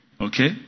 Okay